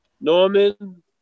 Norman